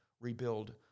rebuild